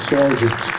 Sergeant